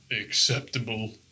acceptable